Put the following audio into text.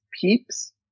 peeps